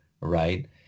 right